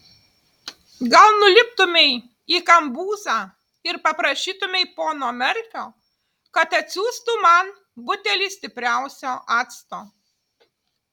gal nuliptumei į kambuzą ir paprašytumei pono merfio kad atsiųstų man butelį stipriausio acto